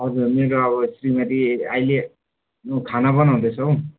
हजुर मेरो अब श्रीमती अहिले ऊ खाना बनाउँदैछ हौ